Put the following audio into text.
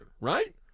right